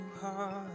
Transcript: heart